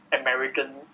American